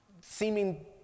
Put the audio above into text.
seeming